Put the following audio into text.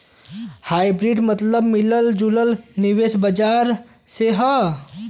hybrid मतबल मिलल जुलल निवेश बाजार से हौ